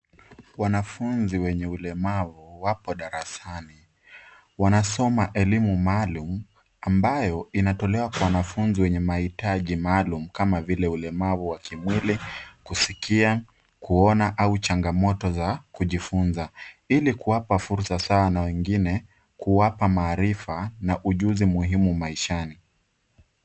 Wanafunzi wenye ulemavu wapo darasani. Wanasoma elimu maalum ambayo inatolewa kwa wanafunzi wenye mahitaji maalum kama vile ulemavu wa kimwili, kusikia, kuona au changamoto za kujifunza. Ili kuwapa fursa sawa na wengine, kuwapa maarifa na ujusi muhimu maishani.